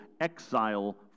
exile